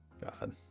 god